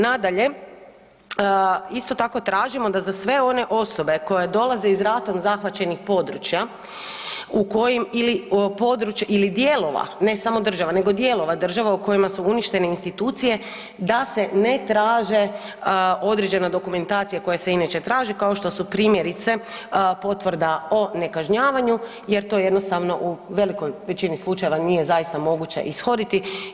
Nadalje, isto tako tražimo da za sve one osobe koje dolaze iz ratom zahvaćenih područja u kojim ili područja ili dijelova, ne samo država nego dijelova država u kojima su uništene institucije da se ne traže određena dokumentacija koja se inače traži kao što su primjerice potvrda o nekažnjavanju jer to jednostavno u velikoj većini slučajeva nije zaista moguće ishoditi.